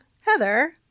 Heather